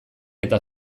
eta